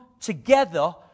together